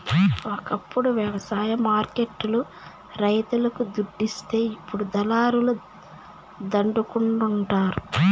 ఒకప్పుడు వ్యవసాయ మార్కెట్ లు రైతులకు దుడ్డిస్తే ఇప్పుడు దళారుల దండుకుంటండారు